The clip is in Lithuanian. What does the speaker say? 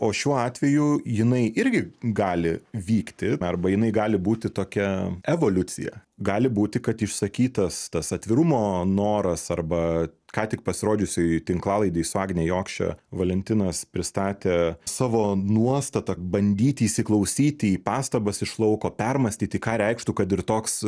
o šiuo atveju jinai irgi gali vykti arba jinai gali būti tokia evoliucija gali būti kad išsakytas tas atvirumo noras arba ką tik pasirodžiusioj tinklalaidėj su agne jokše valentinas pristatė savo nuostatą bandyti įsiklausyti į pastabas iš lauko permąstyti ką reikštų kad ir toks